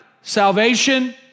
salvation